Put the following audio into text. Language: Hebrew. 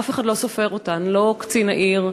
אף אחד לא סופר אותן, לא קצין העיר.